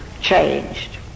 changed